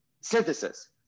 synthesis